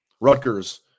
Rutgers